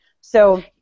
So-